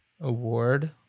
award